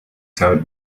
served